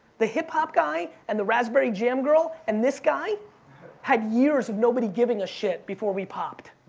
the hip hop guy and the raspberry jam girl and this guy had years of nobody giving a shit before we popped.